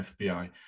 FBI